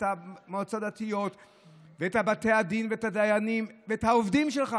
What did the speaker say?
את המועצות הדתיות ואת בתי הדין ואת הדיינים ואת העובדים שלך.